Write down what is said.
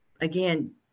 again